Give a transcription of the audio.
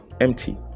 empty